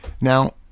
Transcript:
Now